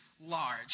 Large